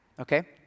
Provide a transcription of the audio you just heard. okay